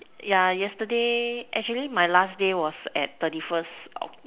yeah yesterday actually my last day was at thirty first October